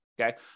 Okay